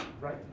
Right